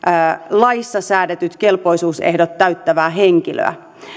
laissa säädetyt kelpoisuusehdot täyttävää henkilöä